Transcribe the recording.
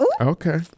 Okay